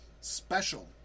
special